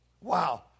Wow